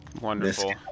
Wonderful